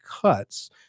cuts